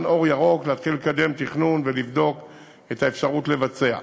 אור ירוק להתחיל לקדם תכנון ולבדוק את האפשרות לבצע,